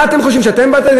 מה אתם חושבים, שאתם באתם?